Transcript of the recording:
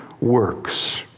works